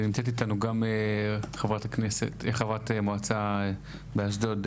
נמצאת איתנו גם חברת המועצה באשדוד,